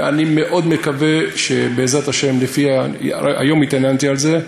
אני מאוד מקווה, בעזרת השם היום התעניינתי בזה,